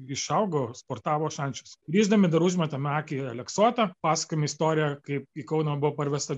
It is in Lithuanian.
išaugo sportavo šančiuose grįždami dar užmetame akį į aleksotą pasakojam istoriją kaip į kauną buvo parvesta